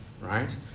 right